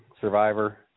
Survivor